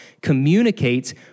communicates